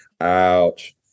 Ouch